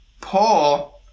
Paul